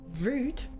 Rude